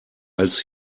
als